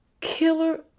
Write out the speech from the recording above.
killer